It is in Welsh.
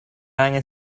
angen